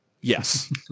Yes